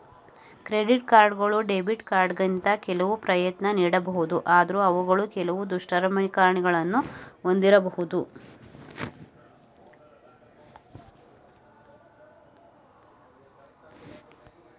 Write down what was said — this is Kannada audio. ಕ್ರೆಡಿಟ್ ಕಾರ್ಡ್ಗಳು ಡೆಬಿಟ್ ಕಾರ್ಡ್ಗಿಂತ ಕೆಲವು ಪ್ರಯೋಜ್ನ ನೀಡಬಹುದು ಆದ್ರೂ ಅವುಗಳು ಕೆಲವು ದುಷ್ಪರಿಣಾಮಗಳನ್ನು ಒಂದಿರಬಹುದು